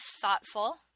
thoughtful